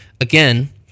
Again